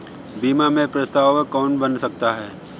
बीमा में प्रस्तावक कौन बन सकता है?